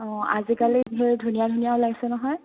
অ' আজিকালি ধুনীয়া ধুনীয়া ওলাইছে নহয়